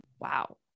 wow